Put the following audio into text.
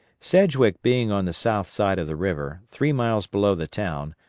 sedgwick being on the south side of the river, three miles below the town,